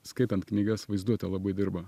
skaitant knygas vaizduotė labai dirba